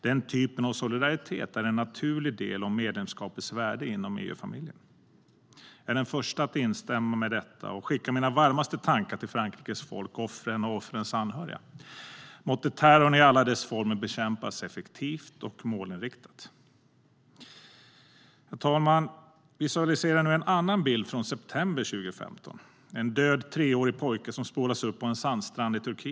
Den typen av solidaritet är en naturlig del av medlemskapets värde inom EU-familjen.Herr talman! Visualisera nu en annan bild från september 2015 - en död treårig pojke som spolats upp på en sandstrand i Turkiet.